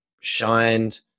shined